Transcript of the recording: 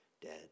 dead